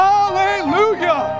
Hallelujah